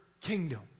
kingdom